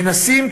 מנסים,